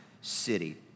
city